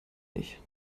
nicht